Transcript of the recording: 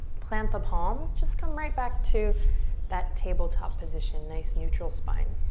plant the palms. just come right back to that tabletop position. nice, neutral spine.